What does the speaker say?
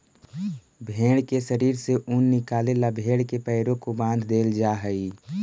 भेंड़ के शरीर से ऊन निकाले ला भेड़ के पैरों को बाँध देईल जा हई